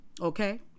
Okay